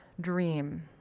dream